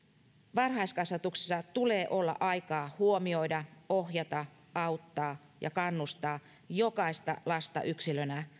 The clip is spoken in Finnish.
varhaiskasvatuksessa tulee olla aikaa huomioida ohjata auttaa ja kannustaa jokaista lasta yksilönä